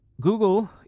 Google